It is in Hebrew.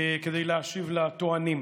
כדי להשיב לטוענים.